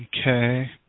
Okay